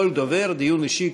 דיון אישי,